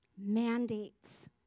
mandates